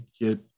get